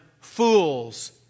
fools